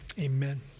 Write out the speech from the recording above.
amen